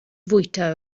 fwyta